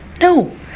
no